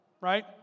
right